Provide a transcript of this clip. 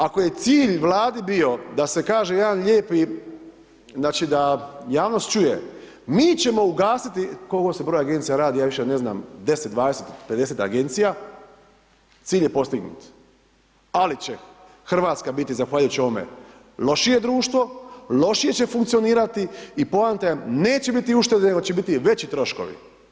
Ako je cilj Vladi bio da se kaže jedan lijepi, znači, da javnost čuje, mi ćemo ugasiti, o kojem broj Agencija se radi, ja više ne znam, 10, 20, 50 Agencija, cilj je postignut, ali će RH biti, zahvaljujući ovome, lošije društvo, lošije će funkcionirati i poanta je, neće biti uštede, nego će biti veći troškovi.